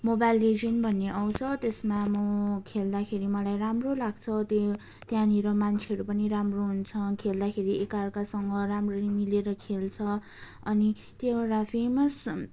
mobile legend भन्ने आउँछ त्यसमा म खेल्दाखेरि मलाई राम्रो लाग्छ त्यो त्यहाँनिर मान्छेहरू पनि राम्रो हुन्छ खेल्दाखेरि एकाअर्कासँग राम्ररी मिलेर खेल्छ अनि त्यो एउटा फेमस